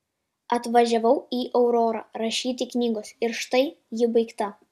atvažiavau į aurorą rašyti knygos ir štai ji baigta